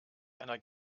einer